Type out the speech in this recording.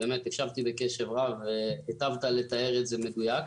הקשבתי קשב רב, והיטבת לתאר את זה במדויק,